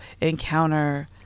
encounter